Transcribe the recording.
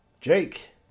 Jake